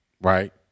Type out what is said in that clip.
right